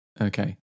Okay